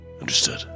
Understood